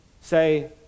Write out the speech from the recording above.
say